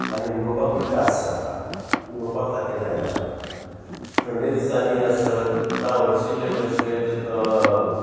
आनी उलोपाकूय त्रास जाता उलोवपाक सारकें जायना थंडे दिसांनी आसत जावं हर्शिल्ले कसले जर